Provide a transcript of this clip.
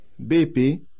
BP